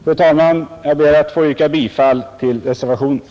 Fru talman! Jag ber att få yrka bifall till reservationen.